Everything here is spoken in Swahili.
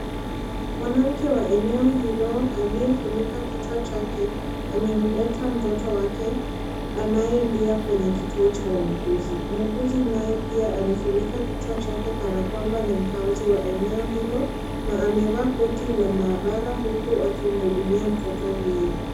Mwanamke wa eneo hilo aliyefunika kichwa chake , amemleta mtoto wake anayelia kwenye kituo cha wauguzi . Muuguzi naye pia amefunika kichwa chake kana kwamba ni mkaazi wa eneo hilo na amevaa koti la maabara huku akimhudumia mtoto huyo.